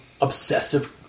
obsessive